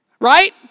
Right